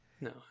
No